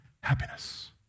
happiness